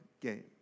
game